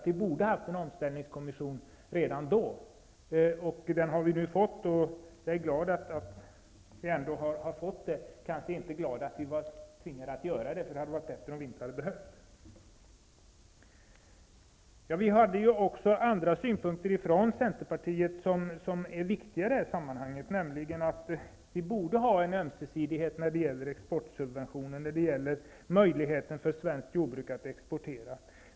Vi har nu fått en sådan kommission, och jag är glad för det, även om jag inte är glad över att vi blev tvingade till det; det hade varit bättre om det inte hade behövts. Vi har i Centerpartiet också andra synpunkter som är viktiga i det här sammanhanget, nämligen att vi borde ha en ömsesidighet när det gäller exportsubventioner, när det gäller möjligheten för svenskt jordbruk att exportera.